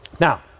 Now